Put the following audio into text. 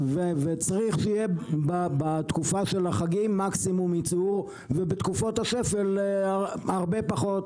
וצריך שיהיה בתקופה של החגים מקסימום יצור ובתקופות השפל הרבה פחות.